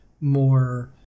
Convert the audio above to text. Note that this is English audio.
more